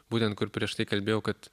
būtent kur prieš tai kalbėjau kad